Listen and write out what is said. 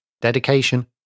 dedication